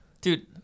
Dude